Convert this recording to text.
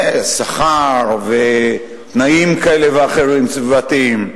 שכר ותנאים כאלה ואחרים סביבתיים,